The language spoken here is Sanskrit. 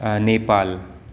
नेपाल्